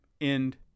end